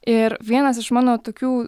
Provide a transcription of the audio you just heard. ir vienas iš mano tokių